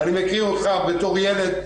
אני מכיר אותך בתור ילד,